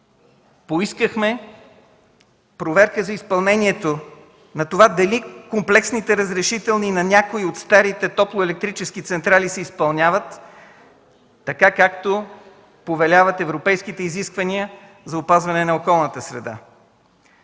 поискахме проверка за изпълнението на това дали комплексните разрешителни на някои от старите топлоелектрически централи се изпълняват така, както повеляват европейските изисквания за опазване на околната среда.